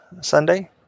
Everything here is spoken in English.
Sunday